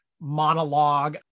monologue